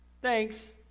thanks